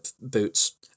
boots